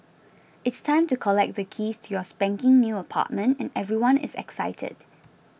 it's time to collect the keys to your spanking new apartment and everyone is excited